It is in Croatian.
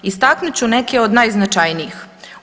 Istaknut ću neke od najznačajnijih.